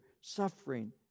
suffering